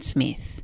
Smith